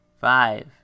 five